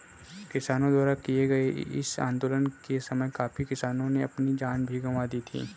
किसानों द्वारा किए गए इस आंदोलन के समय काफी किसानों ने अपनी जान भी गंवा दी थी